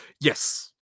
Yes